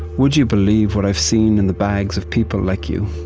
would you believe what i've seen in the bags of people like you?